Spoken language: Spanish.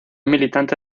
militante